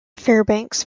fairbanks